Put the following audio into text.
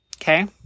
okay